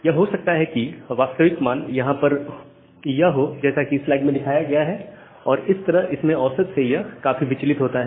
यह हो सकता है कि वास्तविक मान यहां पर यह हो जैसा की स्लाइड में दिखाया गया है और इस तरह इसमें औसत से यह काफी विचलित होता है